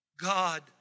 God